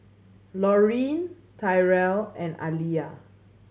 Laureen Tyrel and Alia